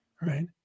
Right